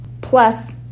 Plus